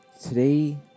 today